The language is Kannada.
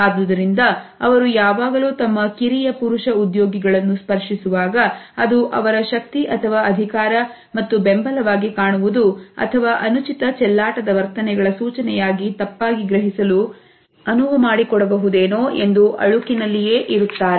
ಆದುದರಿಂದ ಅವರು ಯಾವಾಗಲೂ ತಮ್ಮ ಕಿರಿಯ ಪುರುಷ ಉದ್ಯೋಗಿಗಳನ್ನು ಸ್ಪರ್ಶಿಸುವಾಗ ಅದು ಅವರ ಶಕ್ತಿ ಅಥವಾ ಅಧಿಕಾರ ಮತ್ತು ಬೆಂಬಲವಾಗಿ ಕಾಣುವುದು ಅಥವಾ ಅನುಚಿತ ಚೆಲ್ಲಾಟದ ವರ್ತನೆಗಳ ಸೂಚನೆಯಾಗಿ ತಪ್ಪಾಗಿ ಗ್ರಹಿಸಲು ಕೊಡುತ್ತದೆಯೋ ಎಂದು ಅಳುಕಿನಲ್ಲಿಯೇ ಇರುತ್ತಾರೆ